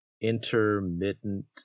intermittent